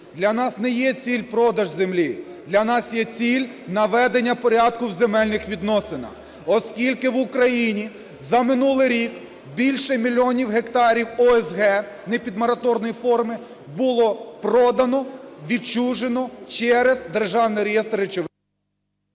Для нас не є ціль продаж землі, для нас є ціль - наведення порядку у земельних відносинах, оскільки в Україні за минулий рік більше мільйонів гектарів ОСГ непідмораторної форми було продано, відчужено через державний реєстр… Веде